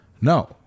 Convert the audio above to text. No